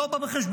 לא בא בחשבון.